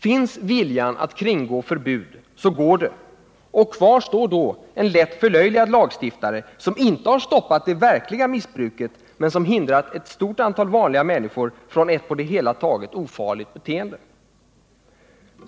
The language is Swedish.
Finns viljan att kringgå förbud, så går det, och kvar står då en lätt förlöjligad lagstiftare som inte har stoppat det verkliga missbruket men som hindrat ett stort antal vanliga människor från ett på det hela taget ofarligt beteende.